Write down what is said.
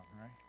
Right